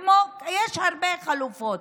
יש הרבה חלופות,